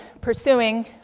pursuing